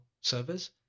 servers